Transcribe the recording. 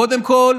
קודם כול,